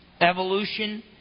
evolution